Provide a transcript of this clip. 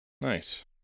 nice